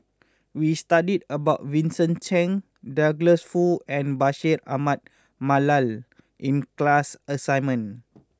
we studied about Vincent Cheng Douglas Foo and Bashir Ahmad Mallal in class assignment